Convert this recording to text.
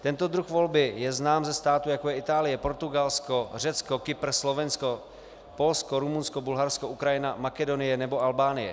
Tento druh volby je znám ze států, jako je Itálie, Portugalsko, Řecko, Kypr, Slovensko, Polsko, Rumunsko, Bulharsko, Ukrajina, Makedonie nebo Albánie.